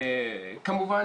כמובן